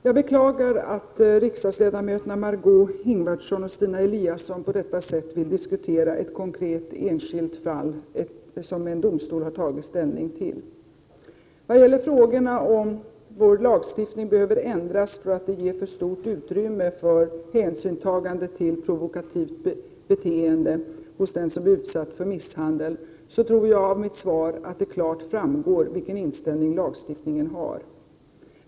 Herr talman! Jag beklagar att riksdagsledamöterna Margé Ingvardsson och Stina Eliasson på detta sätt vill diskutera ett konkret, enskilt fall som en domstol har tagit ställning till. I vad gäller frågorna om huruvida vår lagstiftning behöver ändras, därför att den ger för stort utrymme för hänsynstagande till provokativt beteende hos den som blivit utsatt för misshandel, tror jag att det klart framgår av mitt svar vilken inställning lagstiftningen har.